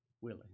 Willie